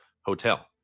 hotel